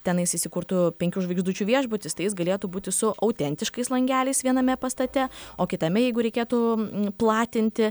tenais įsikurtų penkių žvaigždučių viešbutis tai jis galėtų būti su autentiškais langeliais viename pastate o kitame jeigu reikėtų platinti